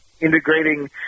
integrating